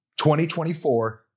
2024